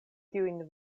tiujn